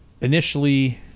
initially